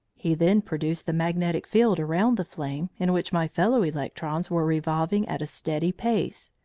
he then produced the magnetic field around the flame, in which my fellow-electrons were revolving at a steady pace,